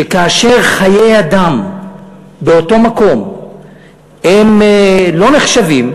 שכאשר חיי אדם באותו מקום הם לא נחשבים,